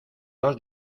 dos